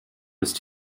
ist